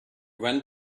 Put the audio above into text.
went